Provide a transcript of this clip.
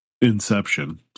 inception